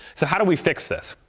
so how do we fix this?